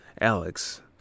Alex